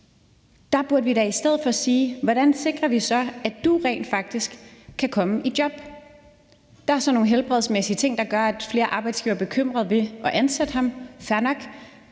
Der burde vi da i stedet for spørge, hvordan vi så sikrer, at du rent faktisk kan komme i job. Der er så nogle helbredsmæssige ting, der gør, at flere arbejdsgivere er bekymrede ved at ansætte ham, og